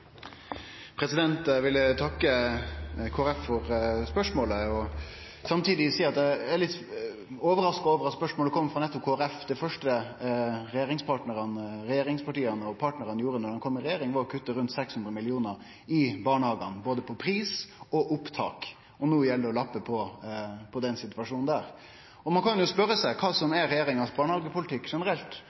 litt overraska over at spørsmålet kom frå nettopp Kristeleg Folkeparti. Det første regjeringspartia – saman med partnarane – gjorde da dei kom i regjering, var å kutte rundt 600 mill. kr til barnehagane når det gjaldt både pris og opptak. Og no gjeld det å lappe på denne situasjonen. Ein kan spørje seg kva slags barnehagepolitikk regjeringa generelt